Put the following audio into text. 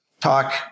talk